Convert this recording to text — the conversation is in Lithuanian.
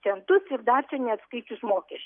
centus ir dar čia neatskaičius mokeš